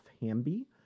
Hamby